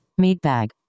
Meatbag